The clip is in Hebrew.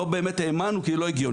לא באמת האמנו כי הוא לא הגיוני,